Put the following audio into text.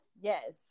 yes